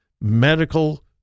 medical